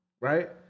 right